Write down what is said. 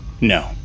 No